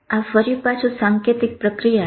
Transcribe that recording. આ ફરી પાછું સાંકેતિક પ્રક્રિયા છે